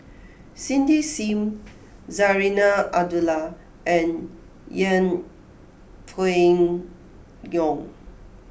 Cindy Sim Zarinah Abdullah and Yeng Pway Ngon